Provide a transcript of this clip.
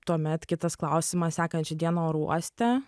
tuomet kitas klausimas sekančią dieną oro uoste